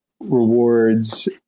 rewards